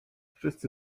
wszyscy